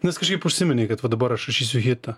nes kažkaip užsiminei kad va dabar aš rašysiu hitą